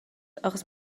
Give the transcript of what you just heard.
achos